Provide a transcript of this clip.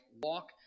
walk